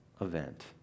event